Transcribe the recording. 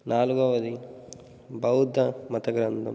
నాలుగవది బౌద్ధ మత గ్రంథం